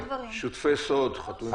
שותפי סוד, חתומים.